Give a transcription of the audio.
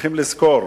צריכים לזכור